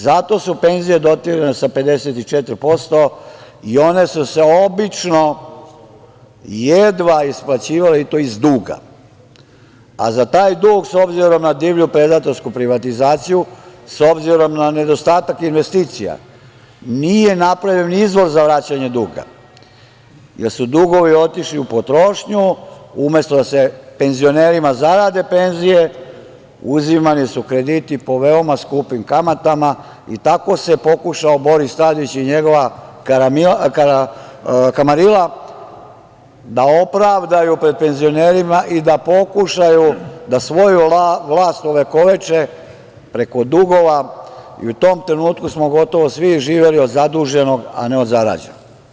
Zato su penzije dotirane sa 54%, i one su se obično jedva isplaćivale i to iz duga, a za taj dug, s obzirom na divlju predatorsku privatizaciju, s obzirom na nedostatak investicija, nije napravljen izvor za vraćanje duga, jer su dugovi otišli i potrošnju, umesto da se penzionerima zarade penzije, uzimani su krediti po veoma skupim kamatama, i tako se pokušao Boris Tadić i njegova kamarila da opravdaju pred penzionerima i da pokušaju da svoju vlast ovekoveče preko dugova i u tom trenutku smo gotovo svi živeli od zaduženog, a ne od zarađenog.